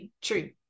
true